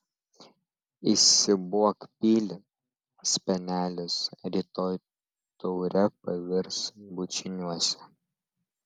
įsiūbuok pilį spenelis rytoj taure pavirs bučiniuose